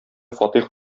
фатих